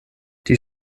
die